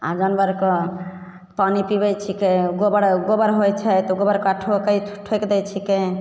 आओर जानवरके पानी पिआबै छिकै गोबर गोबर होइ छै तऽ गोबरके ठोकै ठोकि दै छिकै